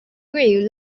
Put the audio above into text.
grew